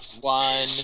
One